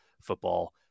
football